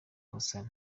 hassan